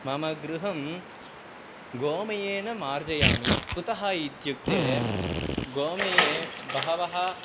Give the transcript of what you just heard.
मम गृहं गोमयेन मार्जयामि कुतः इत्युक्ते गोमये बहवः